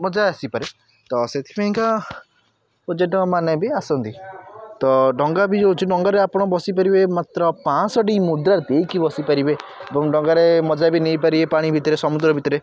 ମଜା ଆସିପାରେ ତ ସେଥିପାଇଁକା ପର୍ଯ୍ୟଟକମାନେ ବି ଆସନ୍ତି ତ ଡଙ୍ଗା ବି ହେଉଛି ଡଙ୍ଗାରେ ଆପଣ ବସିପାରିବେ ମାତ୍ର ପାଂଶଟି ମୁଦ୍ରା ଦେଇକି ବସିପାରିବେ ଏବଂ ଡଙ୍ଗାରେ ମଜା ବି ନେଇପାରିବେ ପାଣି ଭିତରେ ସମୁଦ୍ର ଭିତରେ